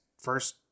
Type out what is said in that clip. first